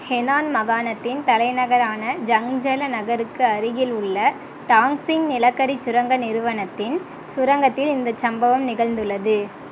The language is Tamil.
ஹெனான் மாகாணத்தின் தலைநகரான ஜங்ஜௌ நகருக்கு அருகில் உள்ள டாங்க்சிங் நிலக்கரிச் சுரங்க நிறுவனத்தின் சுரங்கத்தில் இந்தச் சம்பவம் நிகழ்ந்துள்ளது